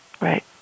Right